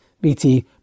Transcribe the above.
BT